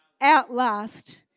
outlast